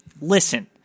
listen